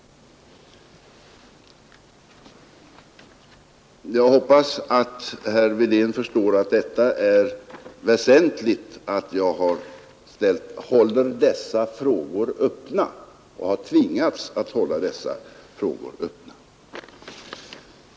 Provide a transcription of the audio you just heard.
Jag hoppas att herr Wedén förstår att det är väsentligt att jag håller dessa frågor öppna och har tvingats att hålla dessa frågor öppna.